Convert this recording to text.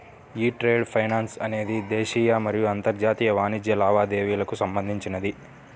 యీ trade finance అనేది దేశీయ మరియు అంతర్జాతీయ వాణిజ్య లావాదేవీలకు సంబంధించినది